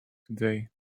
today